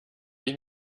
ich